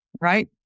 right